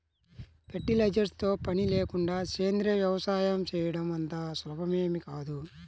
fertilisers తో పని లేకుండా సేంద్రీయ వ్యవసాయం చేయడం అంత సులభమేమీ కాదు